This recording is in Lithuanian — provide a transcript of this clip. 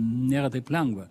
nėra taip lengva